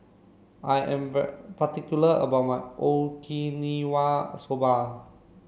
I am particular about my Okinawa Soba